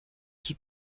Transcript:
qui